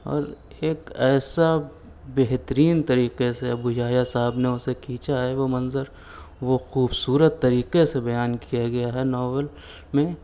اور ايک ايسا بہترين طريقے سے ابويحىٰ صاحب نے اسے كھينچا ہے وہ منظر وہ خوبصورت طریقے سے بیان کیا گیا ہے ناول میں